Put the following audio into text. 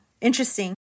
Interesting